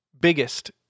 biggest